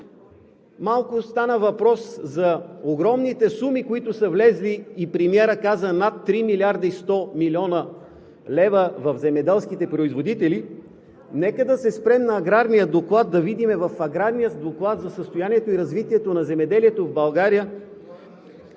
малко стана въпрос за огромните суми, които са влезли, а и премиерът каза: над 3 млрд. 100 млн. лв. в земеделските производители, нека да се спрем на Аграрния доклад и да видим. В Аграрния доклад за състоянието и развитието на земеделието в България